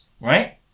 right